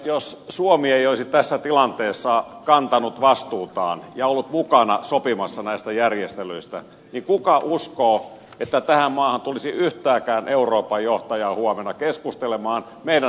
jos suomi ei olisi tässä tilanteessa kantanut vastuutaan ja ollut mukana sopimassa näistä järjestelyistä niin kuka uskoo että tähän maahan tulisi yhtäkään euroopan johtajaa huomenna keskustelemaan meidän hallituksemme edustajan kanssa